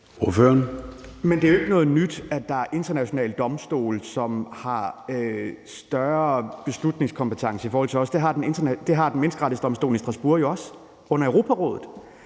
Men det er jo ikke noget nyt, at der er internationale domstole, som har en større beslutningskompetence i forhold til os. Det har Menneskerettighedsdomstolen i Strasbourg jo også under Europarådet.